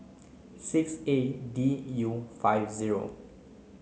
six A D U five zero